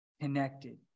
connected